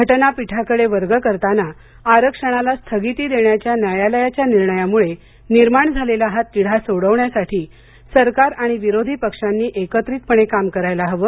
घटनापीठाकडे वर्ग करताना आरक्षणाला स्थगिती देण्याच्या न्यायालयाच्या निर्णयामुळे निर्माण झालेला हा तिढा सोडवण्यासाठी सरकार आणि विरोधी पक्षांनी एकत्रितपणे काम करायला हवं